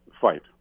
fight